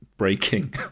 breaking